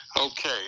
Okay